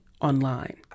online